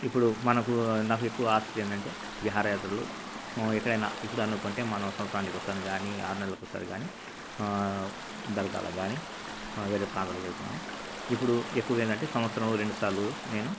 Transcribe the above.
ఇప్పుడు మనకు నాకు ఎక్కువ ఆశ ఏంటంటే విహారయాత్రలు ఎప్పుడయినా ఇపుడనుకుంటే మనం సంవత్సరానికి ఒకసారి కానీ ఆర్నెలకొకసారి కానీ దర్గాల కానీ వేరే ప్రాంతాలకు వెళ్తున్నాము ఇపుడు ఎక్కువగా ఏందంటే సంవత్సరంలో రెండు సార్లు నేను